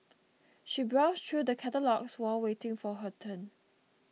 she browsed through the catalogues while waiting for her turn